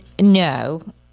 no